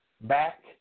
back